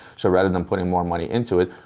so, rather than putting more money into it,